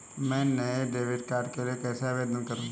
मैं नए debit card के लिए कैसे आवेदन करूं?